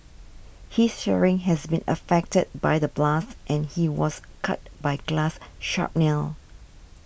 his hearing has been affected by the blast and he was cut by glass shrapnel